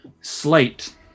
Slate